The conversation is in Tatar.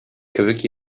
кебек